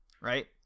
right